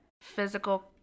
physical